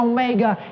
Omega